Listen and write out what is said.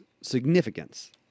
significance